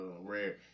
rare